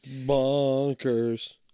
Bonkers